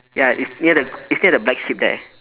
ya it's near the it's near the black sheep there